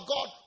God